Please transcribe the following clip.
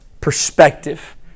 perspective